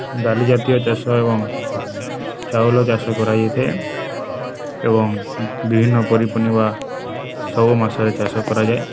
ଡାଲି ଜାତୀୟ ଚାଷ ଏବଂ ଚାଉଳ ଚାଷ କରାଯାଇଥାଏ ଏବଂ ବିଭିନ୍ନ ପନିପରିବା ସବୁ ମାସରେ ଚାଷ କରାଯାଏ